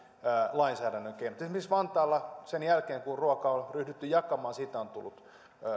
lainsäädännön keinot esimerkiksi vantaalla sen jälkeen kun kouluruokaa on ryhdytty jakamaan siitä on tullut